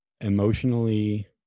emotionally